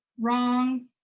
wrong